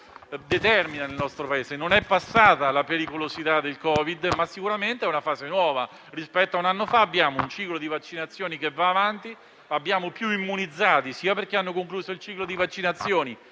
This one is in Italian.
determina nel nostro Paese; non è passata la pericolosità del Covid-19, ma sicuramente quella attuale è una fase nuova: rispetto a un anno fa il ciclo di vaccinazioni va avanti; abbiamo più immunizzati sia perché hanno concluso il ciclo di vaccinazioni,